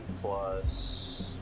plus